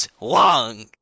long